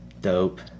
dope